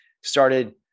started